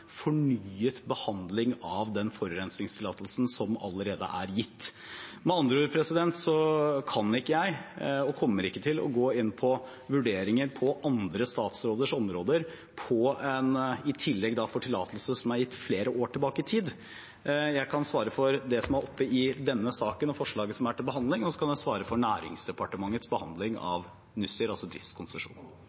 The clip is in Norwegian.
fornyet behandling av den forurensningstillatelsen som allerede er gitt. Med andre ord kan jeg ikke, og kommer ikke til å, gå inn på vurderinger på andre statsråders områder av tillatelser som er gitt flere år tilbake i tid. Jeg kan svare for det som er oppe i denne saken, og forslaget som er til behandling, og jeg kan svare for Næringsdepartementets behandling av